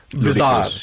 Bizarre